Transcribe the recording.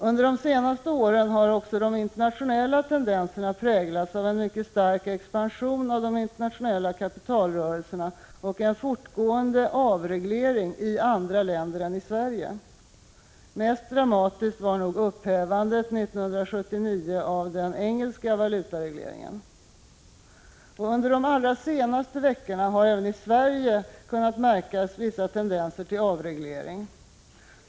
Under de senaste åren har de internationella tendenserna präglats av en mycket stark expansion av de internationella kapitalrörelserna och av fortgående avregleringar i andra länder än Sverige. Mest dramatiskt var upphävandet 1979 av den brittiska valutaregleringen. Under de allra senaste veckorna har även i Sverige börjat märkas vissa tendenser till avreglering.